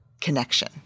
connection